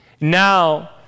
Now